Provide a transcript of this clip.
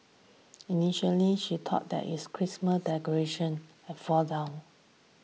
initially she thought that is Christmas decoration had fallen down